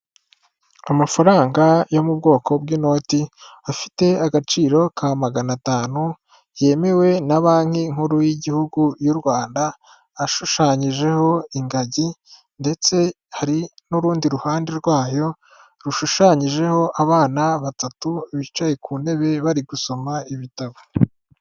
Amafaranga yo mu bwoko bw'inoti, afite agaciro ka magana atanu, yemewe na banki nkuru y'igihugu y'u Rwanda, ashushanyijeho ingagi ndetse hari n'urundi ruhande rwayo rushushanyijeho abana batatu bicaye ku ntebe bari gusoma ibitabo.